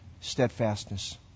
steadfastness